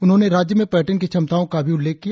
उन्होंने राज्य में पर्यटन की क्षमताओं का भी उल्लेख किया